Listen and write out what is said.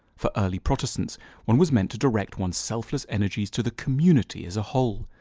for early protestants one was meant to direct one's selfless energies to the community as a whole,